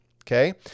Okay